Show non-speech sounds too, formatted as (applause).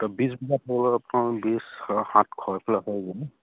(unintelligible)